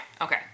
Okay